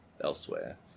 elsewhere